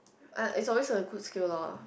uh it's always a good skill loh